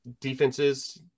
defenses